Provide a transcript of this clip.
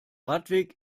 radweg